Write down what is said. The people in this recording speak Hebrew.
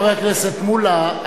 חבר הכנסת מולה,